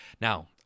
Now